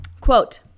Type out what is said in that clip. Quote